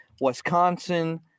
Wisconsin